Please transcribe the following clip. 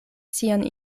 sian